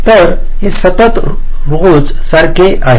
तर हे सतत रोज सारखे आहे